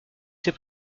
ses